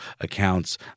accounts